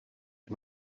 you